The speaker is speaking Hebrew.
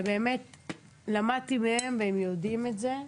באמת למדתי מהם והם יודעים את זה,